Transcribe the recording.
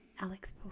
Alex